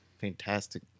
fantastic